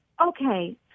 Okay